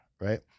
Right